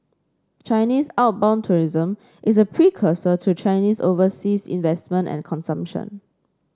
Chinese outbound tourism is a precursor to Chinese overseas investment and consumption